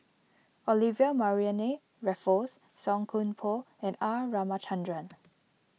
Olivia Mariamne Raffles Song Koon Poh and R Ramachandran